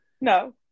No